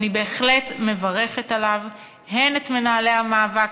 ואני בהחלט מברכת עליו את מנהלי המאבק,